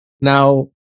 Now